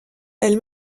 elle